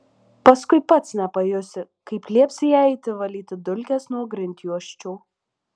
paskui pats nepajusi kaip liepsi jai eiti valyti dulkes nuo grindjuosčių